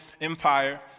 Empire